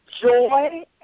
joy